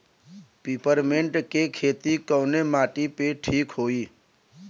Peppermint के खेती कवने माटी पे ठीक होई?